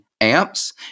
amps